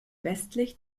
westlich